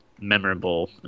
memorable